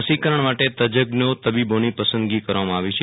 રસીકરણ માટે તજજ્ઞો તબીબોની પસદગો કરવામાં આવી છે